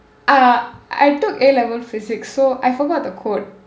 uh I took A level physics so I forgot the code